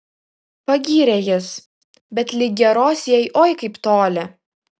pagyrė jis bet lig geros jai oi kaip toli